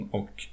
och